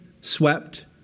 swept